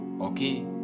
okay